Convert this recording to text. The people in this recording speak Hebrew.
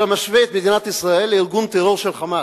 אשר משווה את מדינת ישראל לארגון הטרור של "חמאס",